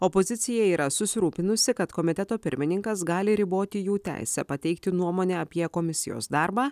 opozicija yra susirūpinusi kad komiteto pirmininkas gali riboti jų teisę pateikti nuomonę apie komisijos darbą